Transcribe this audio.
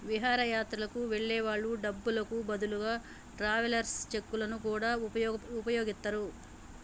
విహారయాత్రలకు వెళ్ళే వాళ్ళు డబ్బులకు బదులుగా ట్రావెలర్స్ చెక్కులను గూడా వుపయోగిత్తరు